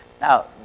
Now